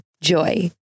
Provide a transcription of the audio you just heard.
Joy